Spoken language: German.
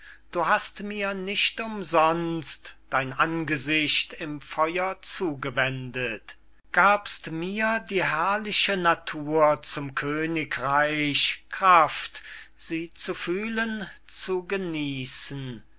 du hast mir nicht umsonst dein angesicht im feuer zugewendet gabst mir die herrliche natur zum königreich kraft sie zu fühlen zu genießen